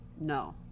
No